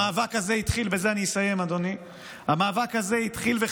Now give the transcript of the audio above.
המאבק הזה התחיל תודה.